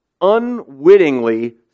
unwittingly